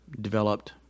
developed